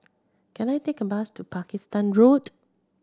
can I take a bus to Pakistan Road